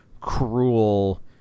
cruel